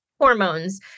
hormones